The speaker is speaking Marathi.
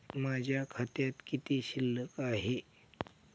माझ्या खात्यात किती शिल्लक आहे?